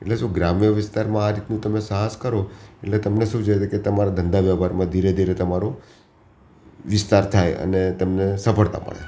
એટલે શું ગ્રામ્ય વિસ્તારમાં આ રીતનું તમે સાહસ કરો એટલે તમને શું છે કે તમારા ધંધા વ્યાપારમાં ધીરે ધીરે તમારો વિસ્તાર થાય અને તમને સફળતા મળે